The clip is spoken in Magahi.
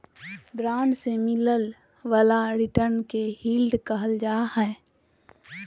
बॉन्ड से मिलय वाला रिटर्न के यील्ड कहल जा हइ